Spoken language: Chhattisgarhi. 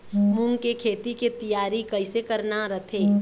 मूंग के खेती के तियारी कइसे करना रथे?